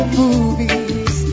movies